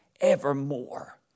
evermore